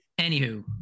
anywho